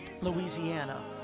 Louisiana